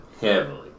Heavily